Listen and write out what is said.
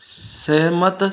ਸਹਿਮਤ